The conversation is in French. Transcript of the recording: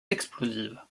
explosive